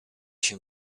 się